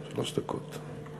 חמש דקות.